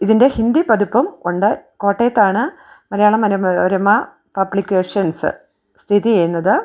ഇതിൻ്റെ ഹിന്ദി പതിപ്പും ഉണ്ട് കോട്ടയത്താണ് മലയാള മനോരമ പബ്ലിക്കേഷൻസ് സ്ഥിതി ചെയ്യുന്നത്